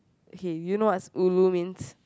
okay do you know what's ulu means